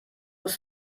ist